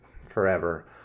forever